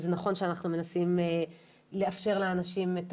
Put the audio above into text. וזה נכון שאנחנו מנסים לאפשר לאנשים את